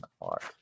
art